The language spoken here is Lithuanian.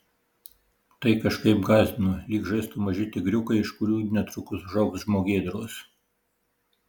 tai kažkaip gąsdino lyg žaistų maži tigriukai iš kurių netrukus užaugs žmogėdros